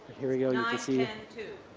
here we go you can